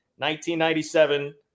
1997